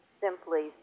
simply